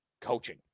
coaching